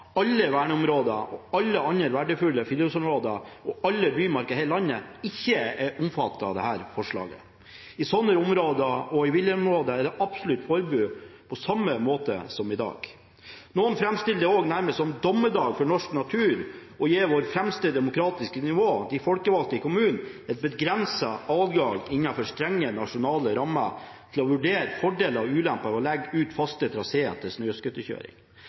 alle verneområder og alle andre verdifulle friluftsområder og alle bymarker i hele landet, ikke er omfattet av dette forslaget. I slike områder, og i villreinområder, vil det være absolutt forbudt, på samme måte som i dag. Noen framstiller det også nærmest som dommedag for norsk natur å gi vårt fremste demokratiske nivå – de folkevalgte i kommunene – en begrenset adgang innenfor strenge nasjonale rammer til å vurdere fordeler og ulemper ved å legge ut faste traseer til